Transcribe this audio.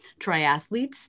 triathletes